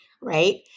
right